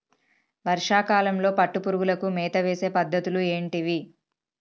వర్షా కాలంలో పట్టు పురుగులకు మేత వేసే పద్ధతులు ఏంటివి?